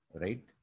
right